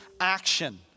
action